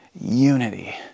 unity